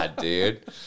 dude